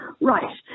Right